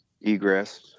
egress